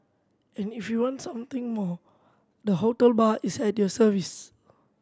and if you want something more the hotel bar is at your service